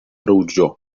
ruĝo